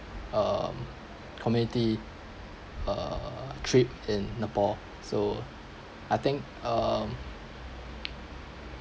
um community uh trip in nepal so I think um